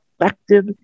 effective